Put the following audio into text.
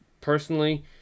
personally